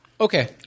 okay